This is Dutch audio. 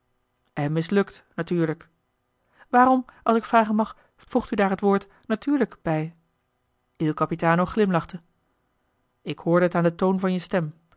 en mislukt natuurlijk waarom als ik vragen mag voegt u daar het woord natuurlijk bij il capitano glimlachte ik hoorde het aan den toon van je stem